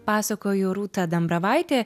pasakoju rūta dambravaitė